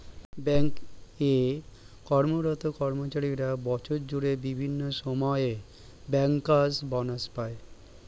bank এ কর্মরত কর্মচারীরা বছর জুড়ে বিভিন্ন সময়ে ব্যাংকার্স বনাস পায়